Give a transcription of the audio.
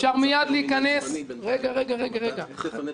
אפשר מיד להיכנס --- אבל צריך גם את